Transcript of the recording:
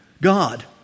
God